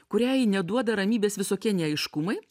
kuriai neduoda ramybės visokie neaiškumai